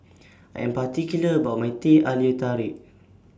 I'm particular about My Teh Halia Tarik